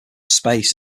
space